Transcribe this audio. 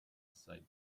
aside